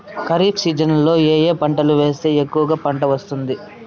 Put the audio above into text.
ఖరీఫ్ సీజన్లలో ఏ ఏ పంటలు వేస్తే ఎక్కువగా పంట వస్తుంది?